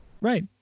Right